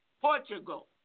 Portugal